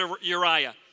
Uriah